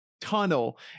tunnel